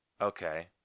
Okay